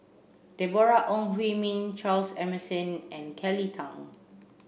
Deborah Ong Hui Min Charles Emmerson and Kelly Tang